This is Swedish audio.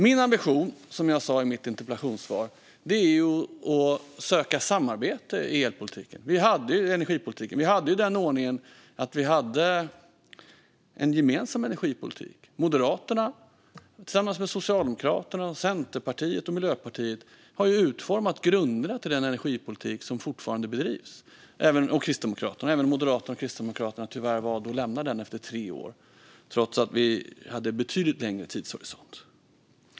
Min ambition är, som jag sa i mitt interpellationssvar, att söka samarbete i energipolitiken. Vi hade den ordningen att vi hade en gemensam energipolitik. Moderaterna tillsammans med Socialdemokraterna, Centerpartiet och Miljöpartiet har ju utformat grunderna till den energipolitik som fortfarande bedrivs, även om Moderaterna och Kristdemokraterna tyvärr valde att lämna den efter tre år trots att vi hade en betydligt längre tidshorisont.